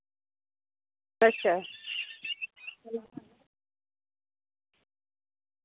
अच्छा